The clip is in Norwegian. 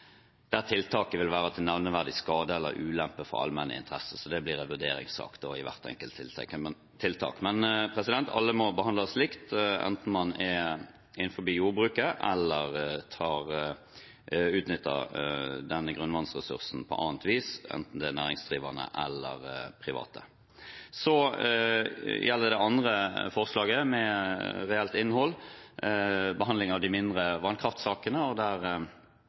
tiltaket vil være til nevneverdig skade eller ulempe for allmenn interesse, og blir en vurderingssak i hvert enkelt tiltak. Men all må behandles likt, enten man er innenfor jordbruket eller utnytter denne grunnvannsressursen på annet vis, enten det er næringsdrivende eller private. Så gjelder det det andre forslaget med reelt innhold: behandling av de mindre vannkraftsakene.